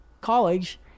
college